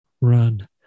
run